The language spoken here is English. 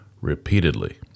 repeatedly